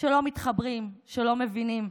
שלא מתחברים, שלא מבינים.